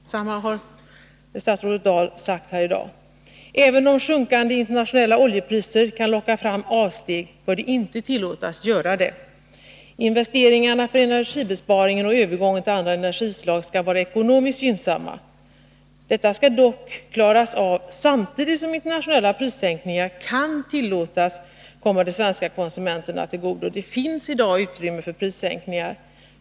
Detsamma har statsrådet Dahl sagt här i dag. Även om sjunkande internationella oljepriser kan locka fram avsteg, bör de inte tillåtas göra det. Investeringarna för energibesparing och övergång till andra energislag skall vara ekonomiskt gynnsamma. Detta skall dock klaras av samtidigt som internationella prissänkningar kan tillåtas komma de svenska konsumenterna till godo. Det finns i dag utrymme för prissänkningar.